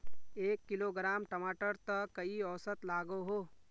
एक किलोग्राम टमाटर त कई औसत लागोहो?